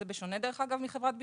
זה בשונה דרך אגב מחברת ביטוח.